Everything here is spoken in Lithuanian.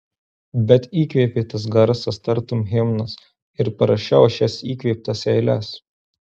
bet įkvėpė tas garsas tartum himnas ir parašiau šias įkvėptas eiles